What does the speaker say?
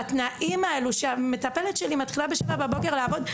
בתנאים האלו שהמטפלת שלי מתחילה בשמונה בבוקר לעבוד,